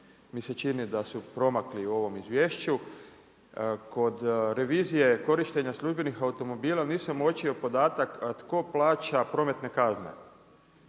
mi se čini da su promakli u ovom izvješću. Kod revizije korištenja službenih automobila, nisam uočio podatak, a tko plaća prometne kazne?